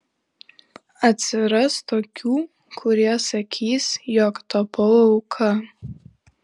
atsiras tokių kurie sakys jog tapau auka